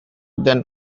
than